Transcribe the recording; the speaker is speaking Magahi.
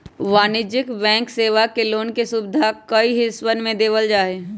वाणिज्यिक बैंक सेवा मे लोन के सुविधा के कई हिस्सवन में देवल जाहई